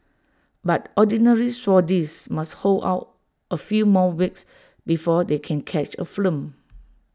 but Ordinary Saudis must hold out A few more weeks before they can catch A film